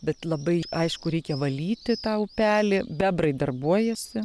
bet labai aišku reikia valyti tą upelį bebrai darbuojasi